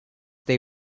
they